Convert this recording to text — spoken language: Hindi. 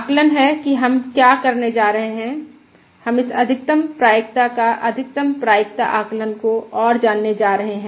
आकलन है कि हम क्या करने जा रहे हैं हम इस अधिकतम प्रायिकता का अधिकतम प्रायिकता आकलन को और जानने जा रहे हैं